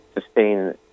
sustain